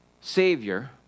Savior